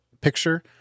picture